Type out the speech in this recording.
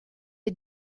est